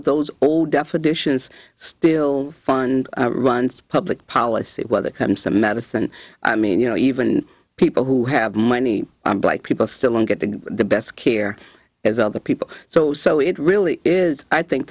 of those old definitions still fund runs public policy whether it comes to medicine i mean you know even people who have money black people still aren't getting the best care as other people so so it really is i think